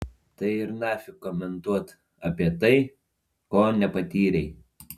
tai ir nafik komentuot apie tai ko nepatyrei